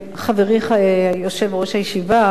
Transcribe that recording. חברי יושב-ראש הישיבה,